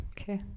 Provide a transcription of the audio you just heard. okay